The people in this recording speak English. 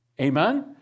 Amen